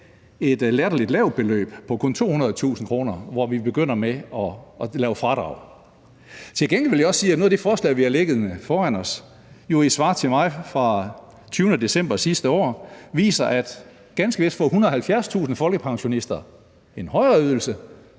et latterligt lavt beløb på kun 200.000 kr., at vi begynder at lave fradrag. Til gengæld vil jeg også i forbindelse med det forslag, der ligger foran os, sige, at et svar til mig fra 20. december sidste år viste, at ganske vist får 170.000 folkepensionister en højere ydelse,